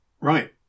right